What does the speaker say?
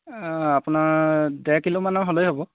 অঁ আপোনাৰ ডেৰ কিলোমানৰ হ'লেই হ'ব